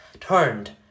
turned